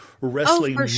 wrestling